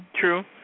True